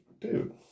dude